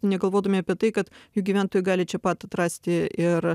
negalvodami apie tai kad jų gyventojai gali čia pat atrasti ir